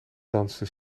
danste